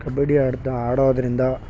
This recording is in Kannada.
ಕಬಡ್ಡಿ ಆಡೋದರಿಂದ